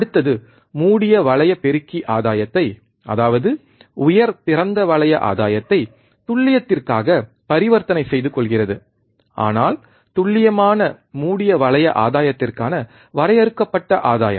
அடுத்தது மூடிய வளைய பெருக்கி ஆதாயத்தை அதாவது உயர் திறந்த வளைய ஆதாயத்தை துல்லியத்திற்காக பரிவர்த்தனை செய்து கொள்கிறது ஆனால் துல்லியமான மூடிய வளைய ஆதாயத்திற்கான வரையறுக்கப்பட்ட ஆதாயம்